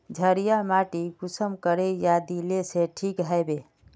क्षारीय माटी कुंसम करे या दिले से ठीक हैबे?